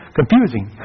confusing